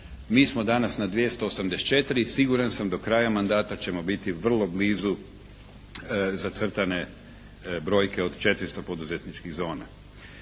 Mi smo danas na 284. I siguran sam do kraja mandata ćemo biti vrlo blizu zacrtane brojke od 400 poduzetničkih zona.